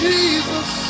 Jesus